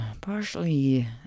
partially